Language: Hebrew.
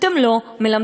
אתם לא מלמדים.